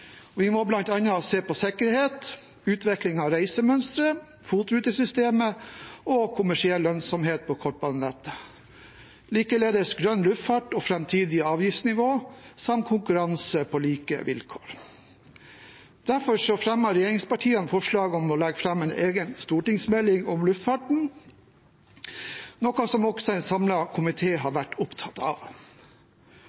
Vi må bl.a. se på sikkerhet, utvikling av reisemønstre, FOT-rutesystemet og kommersiell lønnsomhet på kortbanenettet – likeledes grønn luftfart og framtidig avgiftsnivå samt konkurranse på like vilkår. Derfor fremmer regjeringspartiene forslaget om å legge fram en egen stortingsmelding om luftfarten, noe som også en samlet komité har